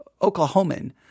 Oklahoman